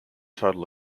total